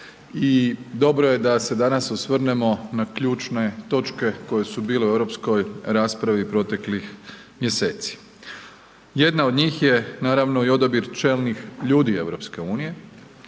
i dobro je da se danas osvrnemo na ključne točke koje su bile o .../Govornik se ne razumije./... raspravi proteklih mjeseci. Jedna od njih je naravno i odabir čelnih ljudi EU,